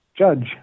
Judge